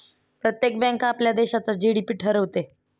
प्रत्येक बँक आपल्या देशाचा जी.डी.पी ठरवते